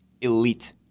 elite